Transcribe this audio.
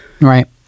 Right